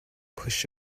push